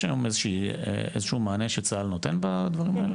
יש היום איזשהו מענה שצה"ל נותן בדברים האלה?